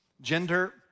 gender